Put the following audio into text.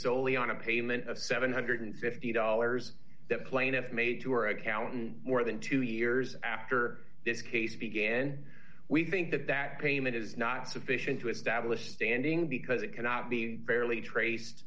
solely on a payment of seven hundred and fifty dollars that plaintiff made to our accountant more than two years after this case began and we think that that payment is not sufficient to establish standing because it cannot be fairly traced